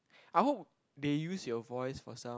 I hope they use your voice for some